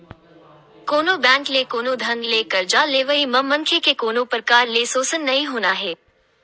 कोनो बेंक ले कोनो ढंग ले करजा लेवई म मनखे के कोनो परकार ले सोसन नइ होना हे